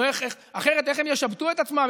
אחרת איך הם ישבטו את עצמם,